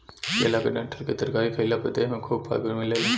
केला के डंठल के तरकारी खइला पर देह में खूब फाइबर मिलेला